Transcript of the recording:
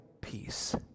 peace